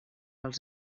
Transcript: els